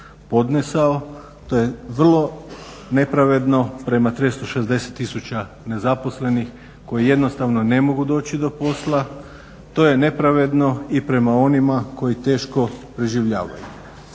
to je vrlo nepravedno prema 360 tisuća nezaposlenih koji jednostavno ne mogu doći do posla, to je nepravedno i prema onima koji teško preživljavaju.